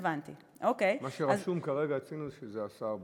מה שרשום כרגע אצלנו זה שזה השר בנט.